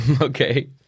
Okay